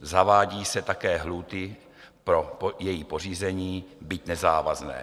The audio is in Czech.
Zavádí se také lhůty pro její pořízení, byť nezávazné.